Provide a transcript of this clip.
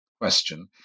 question